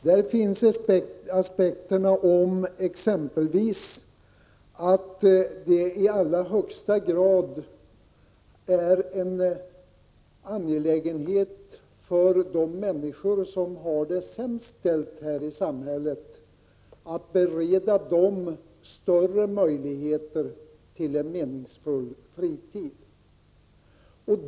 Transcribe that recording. Det är exempelvis aspekten att det i allra högsta grad är en angelägenhet att de människor som har det sämst Ställt här i samhället bereds större möjligheter till en meningsfull fritid.